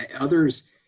Others